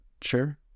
sure